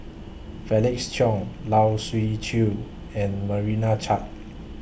Felix Cheong Lai Siu Chiu and Marana Chand